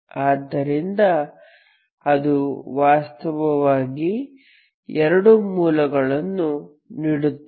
ಆದ್ದರಿಂದ ಅದು ವಾಸ್ತವವಾಗಿ ಎರಡು ಮೂಲಗಳನ್ನು ನೀಡುತ್ತದೆ